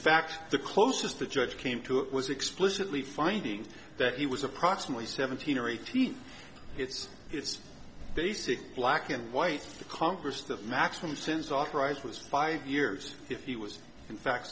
fact the closest the judge came to it was explicitly finding that he was approximately seventeen or eighteen it's it's basic black and white the congress that maximum sentence authorized was five years if he was in fact